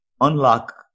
unlock